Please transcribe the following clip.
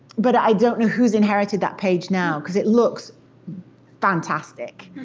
but i don't know who's inherited that page now, cause it looks fantastic.